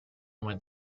went